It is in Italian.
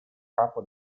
capo